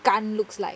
杆 looks like